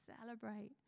celebrate